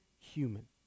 human